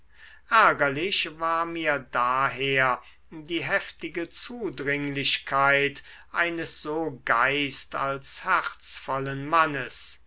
ärgerlich war mir daher die heftige zudringlichkeit eines so geist als herzvollen mannes